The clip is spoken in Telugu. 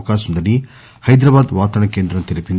అవకాశం ఉందని హైదరాబాద్ వాతావరణ కేంద్రం తెలిపింది